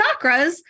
chakras